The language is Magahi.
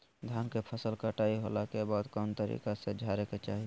धान के फसल कटाई होला के बाद कौन तरीका से झारे के चाहि?